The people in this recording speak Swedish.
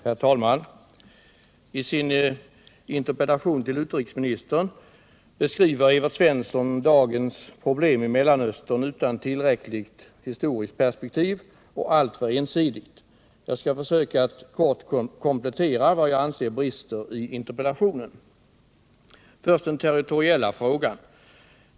Herr talman! I sin interpellation till utrikesministern beskriver Evert Svensson dagens problem i Mellanöstern utan tillräckligt historiskt perspektiv och alltför ensidigt. Jag skall försöka att kort komplettera vad jag anser brister i interpellationen. Först den territoriella frågan!